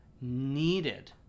needed